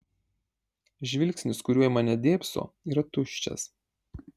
žvilgsnis kuriuo į mane dėbso yra tuščias